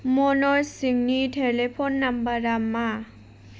मनज सिंनि टेलेफन नाम्बारा मा